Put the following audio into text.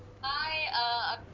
Hi